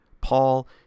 Paul